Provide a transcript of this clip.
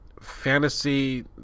fantasy